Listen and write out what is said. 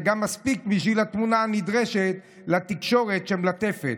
וגם מספיק בשביל התמונה הנדרשת לתקשורת שמלטפת.